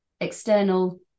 external